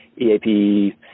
EAP